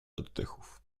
oddechów